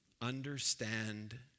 Understand